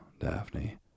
Daphne